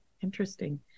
Interesting